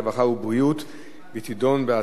הרווחה והבריאות לדיון.